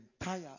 entire